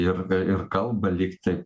ir ir kalba lyg tai